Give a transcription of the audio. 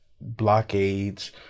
blockades